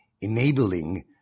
enabling